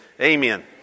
Amen